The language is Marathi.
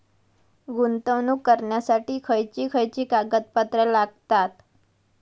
गुंतवणूक करण्यासाठी खयची खयची कागदपत्रा लागतात?